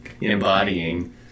embodying